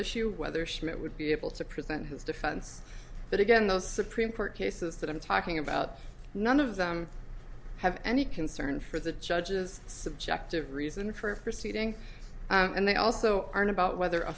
issue whether schmidt would be able to present his defense but again those supreme court cases that i'm talking about none of them have any concern for the judge's subjective reason for proceeding and they also aren't about whether a